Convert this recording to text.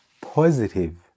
positive